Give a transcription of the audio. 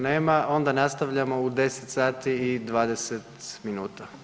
Nema, onda nastavljamo u 10 sati i 20 minuta.